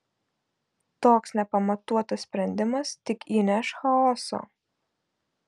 toks nepamatuotas sprendimas tik įneš chaoso